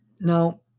Now